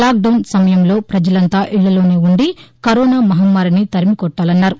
lockdown సమయంలో పజలంతా ఇళ్లలోనే ఉండి కరోనా మహమ్మారిని తరిమికొట్టాలన్నారు